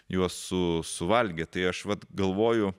juos su suvalgė tai aš vat galvoju